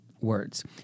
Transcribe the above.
words